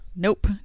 Nope